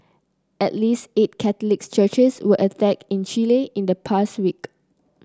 at least eight Catholic churches were attacked in Chile in the past week